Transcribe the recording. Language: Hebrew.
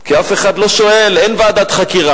כי אף אחד לא שואל, אין ועדת חקירה.